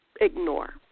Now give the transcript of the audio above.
ignore